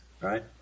right